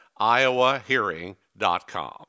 iowahearing.com